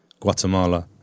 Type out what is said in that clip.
Guatemala